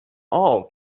all